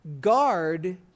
Guard